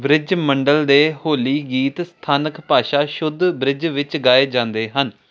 bridge Mandal ਦੇ ਹੋਲੀ ਗੀਤ ਸਥਾਨਕ ਭਾਸ਼ਾ ਸ਼ੁੱਧ ਬ੍ਰਿਜ ਵਿੱਚ ਗਾਏ ਜਾਂਦੇ ਹਨ